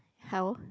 hell